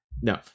No